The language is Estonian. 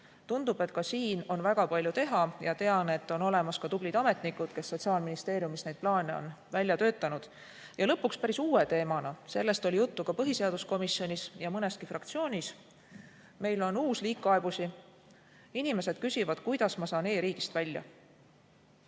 Tundub, et ka siin on väga palju teha. Tean, et on olemas ka tublid ametnikud, kes Sotsiaalministeeriumis neid plaane on välja töötanud. Ja lõpuks, päris uue teemana, millest oli juttu ka põhiseaduskomisjonis ja mõneski fraktsioonis, on uus meil liik kaebusi: inimesed küsivad, kuidas ma saan e-riigist välja.